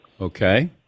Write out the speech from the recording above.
Okay